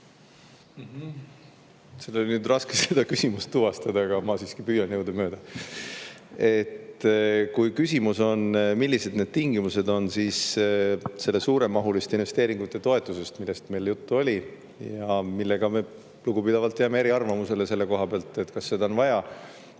Siin oli nüüd raske seda küsimust tuvastada (Naerab.), aga ma siiski püüan jõudumööda. Kui küsimus on, millised need tingimused on, siis sellest suuremahuliste investeeringute toetusest, millest meil juttu oli ja mille suhtes me lugupidavalt jääme eriarvamusele selle koha pealt, kas seda on vaja